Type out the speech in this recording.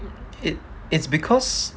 it it's because